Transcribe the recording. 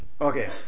Okay